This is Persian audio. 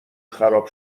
خراب